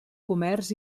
comerç